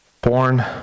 born